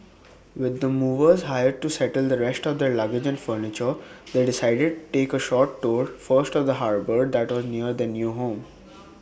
with the movers hired to settle the rest of their luggage furniture they decided take A short tour first of the harbour that was near their new home